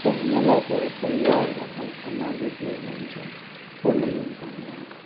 त हिन लाइ करे परिवारु ऐं समाज खे हिननि जो पूर्ण योगदान ॾियणु खपे